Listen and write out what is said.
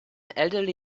elderly